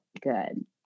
good